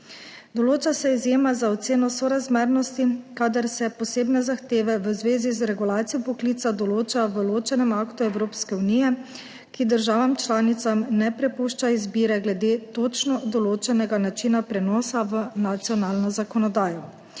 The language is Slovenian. Določa se izjema za oceno sorazmernosti, kadar se posebne zahteve v zvezi z regulacijo poklica določa v ločenem aktu Evropske unije, ki državam članicam ne prepušča izbire glede točno določenega načina prenosa v nacionalno zakonodajo.